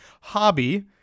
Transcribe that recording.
hobby